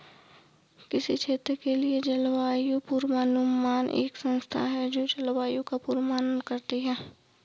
किसी क्षेत्र के लिए जलवायु पूर्वानुमान एक संस्था है जो जलवायु का पूर्वानुमान करती है